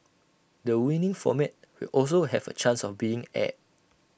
the winning format will also have A chance of being aired